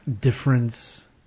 difference